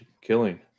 killing